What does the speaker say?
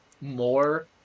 more